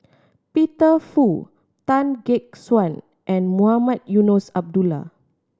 Peter Fu Tan Gek Suan and Mohamed Eunos Abdullah